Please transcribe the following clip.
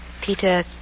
Peter